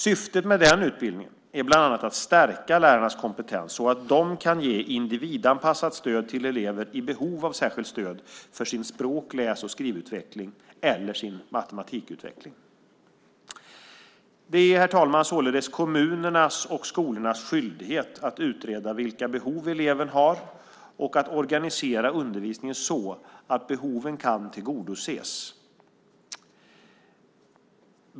Syftet med den utbildningen är bland annat att stärka lärarnas kompetens så att de kan ge individanpassat stöd till elever i behov av särskilt stöd för deras språk-, läs och skrivutveckling eller matematikutveckling. Det är, herr talman, således kommunernas och skolornas skyldighet att utreda vilka behov eleven har och organisera undervisningen så att behoven kan tillgodoses.